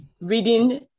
reading